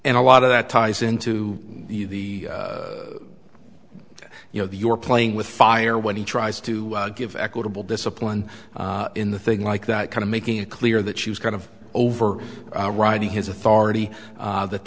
and a lot of that ties into the you know your playing with fire when he tries to give equitable discipline in the thing like that kind of making it clear that she was kind of over riding his authority that